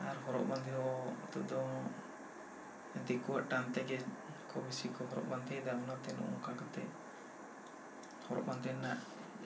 ᱟᱨ ᱦᱚᱨᱚᱜ ᱵᱟᱸᱫᱮ ᱫᱚ ᱱᱤᱛᱚᱜ ᱫᱚ ᱫᱤᱠᱩᱣᱟᱜ ᱴᱟᱱ ᱛᱮᱜᱮ ᱠᱚ ᱵᱤᱥᱤ ᱠᱚ ᱦᱚᱨᱚᱜ ᱵᱟᱸᱫᱮᱭᱮᱫᱟ ᱚᱱᱟᱛᱮ ᱱᱚᱜᱼᱚᱭ ᱱᱚᱝᱠᱟ ᱠᱟᱛᱮ ᱦᱚᱨᱚᱜ ᱵᱟᱸᱫᱮ ᱨᱮᱱᱟᱜ